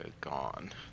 gone